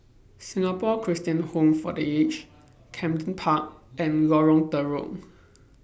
Singapore Christian Home For The Aged Camden Park and Lorong Telok